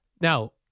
Now